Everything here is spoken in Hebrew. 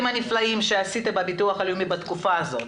הנפלאים שעשית בביטוח הלאומי בתקופה הזאת.